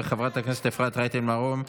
חברת הכנסת אפרת רייטן מרום,